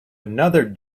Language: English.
another